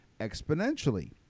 exponentially